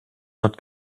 not